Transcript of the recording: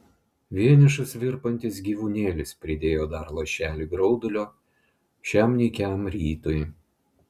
vienišas virpantis gyvūnėlis pridėjo dar lašelį graudulio šiam nykiam rytui